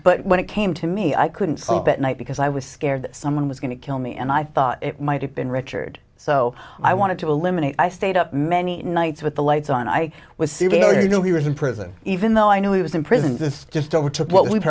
but when it came to me i couldn't sleep at night because i was scared that someone was going to kill me and i thought it might have been richard so i wanted to eliminate i stayed up many nights with the lights on i was sitting there you know he was in prison even though i knew he was in prison this just over took what we